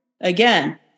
Again